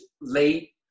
late